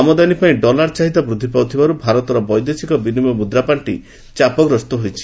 ଆମଦାନୀ ପାଇଁ ଡଲାର ଚାହିଦା ବୃଦ୍ଧି ପାଉଥିବାରୁ ଭାରତର ବୈଦେଶିକ ବିନିମୟ ମୁଦ୍ରାପାଣ୍ଡି ଚାପଗ୍ରସ୍ତ ହୋଇଛି